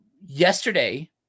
yesterday